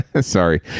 Sorry